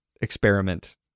experiment